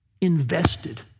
invested